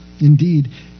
Indeed